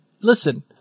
listen